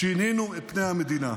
שינינו את פני המדינה,